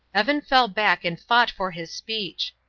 evan fell back and fought for his speech.